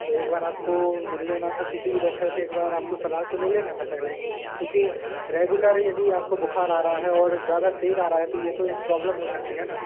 तो एक बार आपको मिल लेना था किसी भी डॉक्टर से एक बार आपको सलाह तो ले लेना था पहले क्योंकि रेगुलर यदि आपको बुखार आ रहा है और ज्यादा तेज आ रहा है तो ये तो एक प्रॉब्लम हो सकती है न